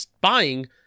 buying